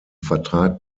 vertrag